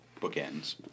bookends